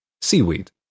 Seaweed